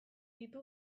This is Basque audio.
ditu